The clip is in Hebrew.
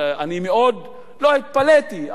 לא התפלאתי,